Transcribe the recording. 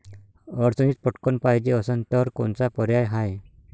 अडचणीत पटकण पायजे असन तर कोनचा पर्याय हाय?